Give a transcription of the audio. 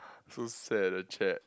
so sad the chat